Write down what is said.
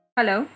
Hello